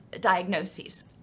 diagnoses